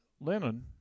Lenin